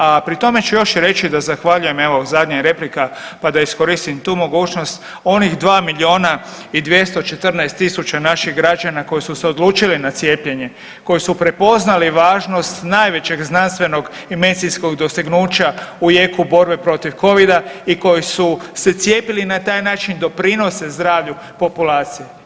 A pri tome ću još reći da zahvaljujem evo zadnja je replika pa da iskoristim tu mogućnost onih 2 milijuna i 214 tisuća naših građana koji su se odlučili na cijepljenje, koji su prepoznali važnost najvećeg znanstvenog i medicinskog dostignuća u jeku borbe protiv covida i koji su se cijepili i na taj način doprinose zdravlju populacije.